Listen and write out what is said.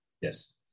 Yes